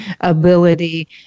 ability